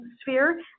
sphere